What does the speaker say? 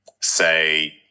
say